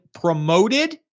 promoted